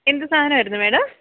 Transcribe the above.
എന്ത് സാധനമായിരുന്നു മേഡം